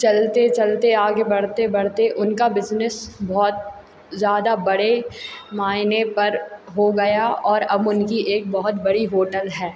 चलते चलते आगे बढ़ते बढ़ते उनका बिजनेस बहुत ज़्यादा बड़े मायने पर हो गया और अब उनकी एक बहुत बड़ी होटल है